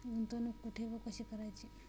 गुंतवणूक कुठे व कशी करायची?